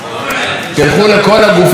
תלכו לכל הגופים,